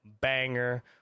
banger